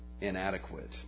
inadequate